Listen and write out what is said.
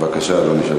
בבקשה, אדוני.